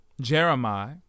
Jeremiah